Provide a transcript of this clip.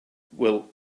will